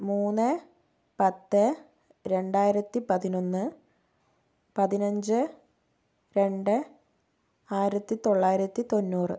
മൂന്ന് പത്ത് രണ്ടായിരത്തി പതിനൊന്ന് പതിനഞ്ച് രണ്ട് ആയിരത്തി തൊള്ളായിരത്തി തൊണ്ണൂറ്